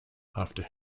after